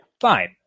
fine